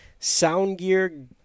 Soundgear